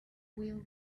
will